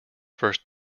first